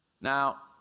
Now